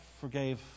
forgave